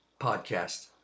podcast